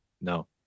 no